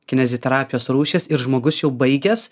kineziterapijos rūšys ir žmogus jau baigęs